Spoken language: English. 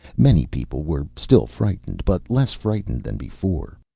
many people were still frightened, but less frightened than before.